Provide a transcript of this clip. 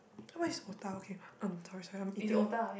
what is otah okay um sorry sorry I'm eating